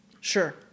Sure